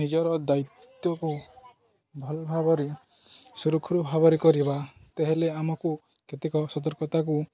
ନିଜର ଦାୟିତ୍ୱକୁ ଭଲ ଭାବରେ ସୁରୁଖୁରୁଭାବରେ କରିବା ତାହେଲେ ଆମକୁ କେତେକ ସତର୍କତାକୁ